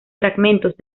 fragmentos